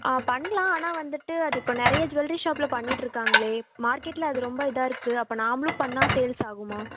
ஆ பண்ணலாம் ஆனால் வந்துட்டு அது இப்போ நிறைய ஜுவல்லரி ஷாப்பில் பண்ணிட்ருக்காங்களே மார்க்கெட்டில் அது ரொம்ப இதாக இருக்குது அப்போ நாம்ளும் பண்ணுணா சேல்ஸ் ஆகுமா